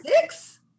six